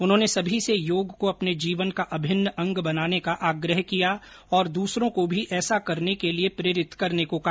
उन्होंने सभी से योग को अपने जीवन का अभिन्न अंग बनाने का आग्रह किया और दूसरों को भी ऐसा करने को लिए प्रेरित करने को कहा